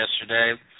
yesterday